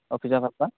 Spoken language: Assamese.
অফিচৰফালৰপৰা